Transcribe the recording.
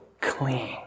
clean